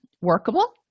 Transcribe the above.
workable